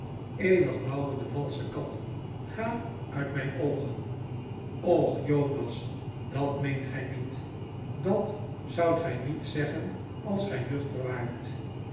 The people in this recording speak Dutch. eeuwig mauwende valsche katl ga uit mijn oogen och jonas dat meent gij niet dat zoudt gij niet zeggen als gij nuchter waart